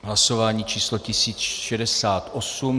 Hlasování číslo 1068.